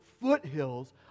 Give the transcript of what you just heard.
foothills